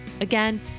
Again